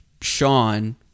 Sean